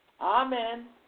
Amen